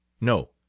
No